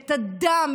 את הדם,